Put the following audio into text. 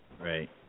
Right